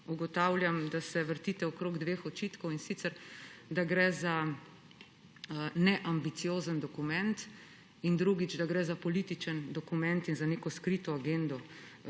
ugotavljam, da se vrtite okrog dveh očitkov, in sicer da gre za neambiciozen dokument in da gre za političen dokument in za neko skrito agendo